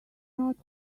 not